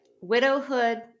Widowhood